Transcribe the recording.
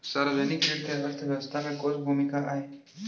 सार्वजनिक ऋण के अर्थव्यवस्था में कोस भूमिका आय?